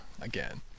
again